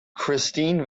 christine